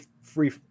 free